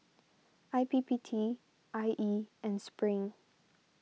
I P P T I E and Spring